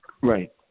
Right